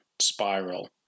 spiral